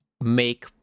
make